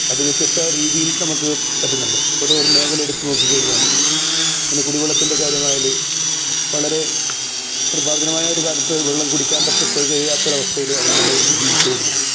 അത് വ്യത്യസ്ത രീതിയിൽ നമുക്ക് പറ്റുന്നുണ്ട് ഒര് ഓരോ മേഖല എടുത്ത് നോക്കി കഴിഞ്ഞാലും പിന്നെ കുടി വെള്ളത്തിൻ്റെ കാര്യമായാല് വളരെ നിർമ്മാർജ്ജനമായ ഒര് കാലത്ത് വെള്ളം കുടിക്കാൻ പറ്റ കൊയ് കയ്യാത്ത ഒരവസ്ഥയിലാണ് നമ്മൾ ജീവിച്ചോണ്ടിരുന്നത്